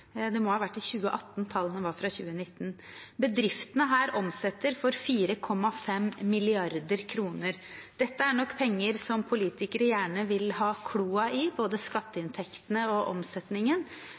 Det må ha vært i 2018, for tallene var fra 2019. Bedriftene her omsetter for 4,5 mrd. kr. Dette er nok penger som politikere gjerne vil ha kloa i, både